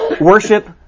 worship